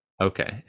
Okay